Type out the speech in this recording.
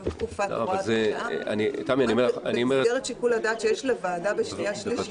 גם תקופת הוראת שעה זה במסגרת שיקול הדעת שיש לוועדה בשנייה-שלישית,